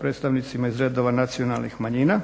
predstavnicima iz redova nacionalnih manjina,